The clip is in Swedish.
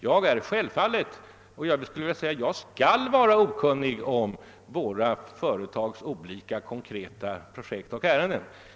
Jag är självfallet okunnig om våra företags olika konkreta projekt och ärenden, och jag skall vara okunnig om dem.